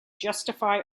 justify